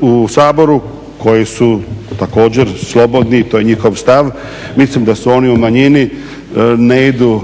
u Saboru koji su također slobodni i to je njihov stav, mislim da su oni u manjini ne idu